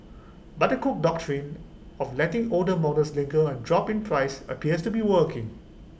but the cook Doctrine of letting older models linger and drop in price appears to be working